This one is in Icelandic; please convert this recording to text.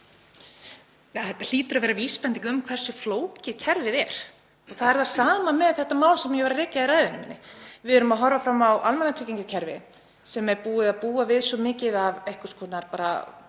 Þetta hlýtur að vera vísbending um hversu flókið kerfið er. Það er það sama með þetta mál sem ég var að rekja í ræðu minni. Við erum að horfa á almannatryggingakerfi sem er búið að fá svo mikið af plástrum og